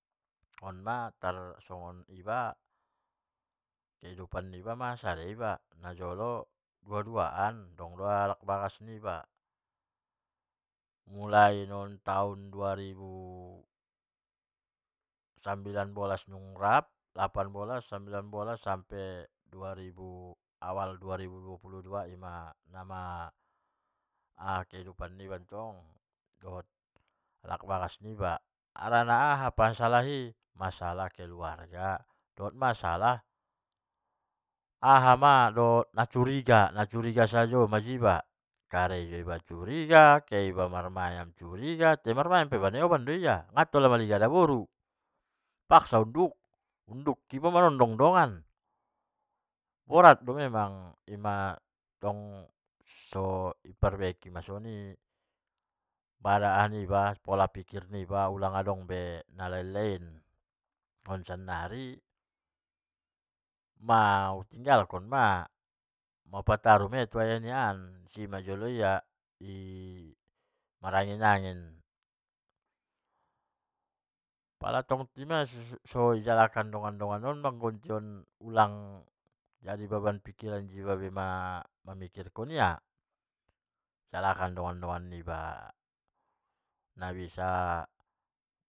On ma tarsongon i ma kehidupan niba najolo i padua-dua an adong do halak bagas niba, mulai non taon dua ribu sambilan bolas mulak, sampe awal dua ribu dua puluh dua sego kehidupan niba rap alak bagas niba, harani aha masalah i masalah keluarga, dohot masalah aha ma masalh curiga, nacuriga sajo ma ia tu iba, kehe iba criga ia marmayam iba curiga ia, padahak marmayam iba di oban do ia, ia daboru paksa unduk, unduk iba maro dongan-dongan, borat do emang ima soni i oerbaiki ma soni pala pola piker niba ulang adong na lain-lain on sananri, mau tinggalkon ma mau pataru ma ia tu ayak nia an, isi majolo ia marangin-angin, inmantong pala so ijalakan dongan-dongan i maro mangalihkan boban niba mamikirkon ia, ijalakan dongan-dongan niba nabisa.